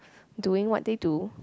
doing what they do